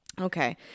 Okay